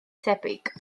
tebyg